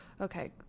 Okay